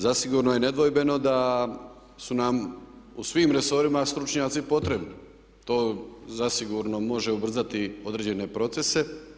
Zasigurno je nedvojbeno da su nam u svim resorima stručnjaci potrebni, to zasigurno može ubrzati određene procese.